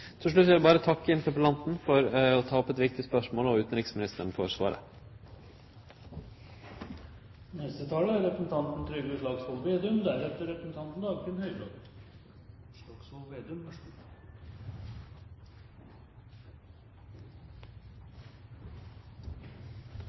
Til slutt vil eg berre takke interpellanten for å ta opp eit viktig spørsmål, og utanriksministeren for svaret. Norge og den norske FN-delegasjonen er